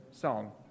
song